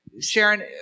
Sharon